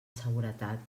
seguretat